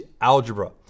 algebra